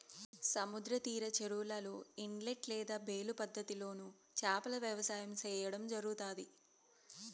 సముద్ర తీర చెరువులలో, ఇనలేట్ లేదా బేలు పద్ధతి లోను చేపల వ్యవసాయం సేయడం జరుగుతాది